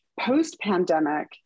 Post-pandemic